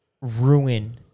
ruin